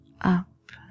up